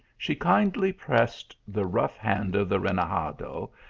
she kindly pressed the rough hand of the renegado,